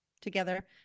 together